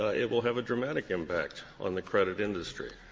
ah it will have a dramatic impact on the credit industry.